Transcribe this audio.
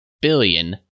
billion